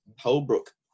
Holbrook